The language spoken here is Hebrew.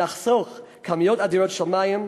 נחסוך כמויות אדירות של מים,